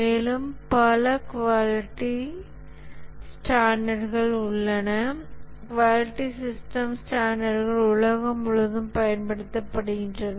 மேலும் பல குவாலிட்டி ஸ்டான்டர்ட்கள் உள்ளன குவாலிட்டி சிஸ்டம் ஸ்டான்டர்ட்கள் உலகம் முழுவதும் பயன்படுத்தப்படுகின்றன